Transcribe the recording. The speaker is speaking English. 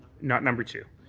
not number two.